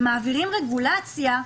מעבירים רגולציה,